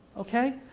okay,